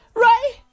Right